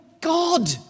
God